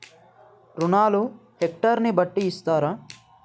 రుణాలు హెక్టర్ ని బట్టి ఇస్తారా?